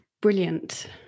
brilliant